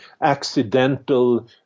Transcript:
accidental